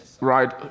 Right